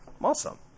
Awesome